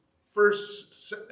first